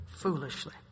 foolishly